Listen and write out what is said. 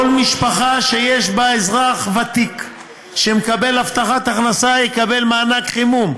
כל משפחה שיש בה אזרח ותיק שמקבל הבטחת הכנסה תקבל מענק חימום.